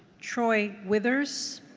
troy withers?